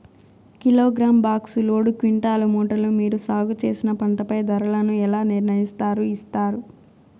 Kilogram, box, load, quintal, మూటలు మీరు సాగు చేసిన పంటపై ధరలను ఎలా నిర్ణయిస్తారు యిస్తారు?